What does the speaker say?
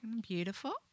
Beautiful